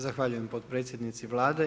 Zahvaljujem potpredsjednici Vlade.